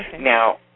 Now